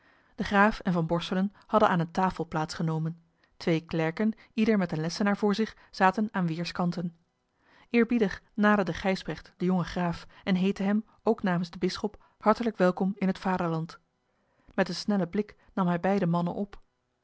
de graaf en van borselen hadden aan eene tafel plaats genomen twee klerken ieder met eene lessenaar voor zich zaten aan weerskanten eerbiedig naderde gijsbrecht den jongen graaf en heette hem ook namens den bisschop hartelijk welkom in het vaderland met een snellen blik nam hij beide mannen op